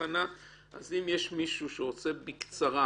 אז אם יש מישהו שרוצה בקצרה